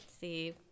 see